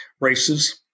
races